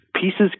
Pieces